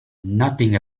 nothing